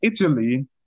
Italy